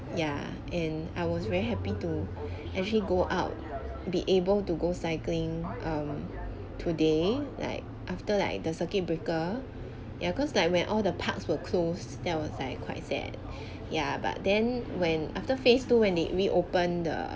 yeah and I was very happy to actually go out be able to go cycling um today like after like the circuit breaker ya cause like when all the parts were closed there was like quite sad ya but then when after phase two when they reopen the